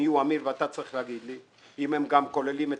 אני רוצה שאמיר יאמר ליאם הן כוללות גם את